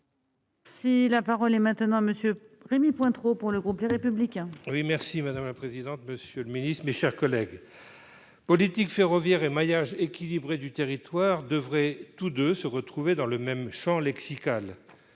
Si la parole est maintenant Monsieur Rémy Pointereau pour le groupe Les Républicains. Oui merci madame la présidente, monsieur le Ministre, mes chers collègues politique ferroviaire et maillage équilibré du territoire devrait tout de se retrouver dans le même sens lexical